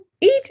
eat